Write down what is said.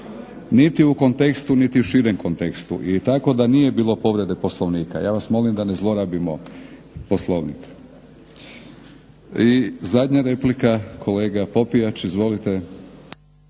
Niti u kontekstu niti u širem kontekstu. I tako da nije bilo povrede Poslovnika. Ja vas molim da ne zlorabimo Poslovnik. I zadnja replika, kolega Popijač. Izvolite.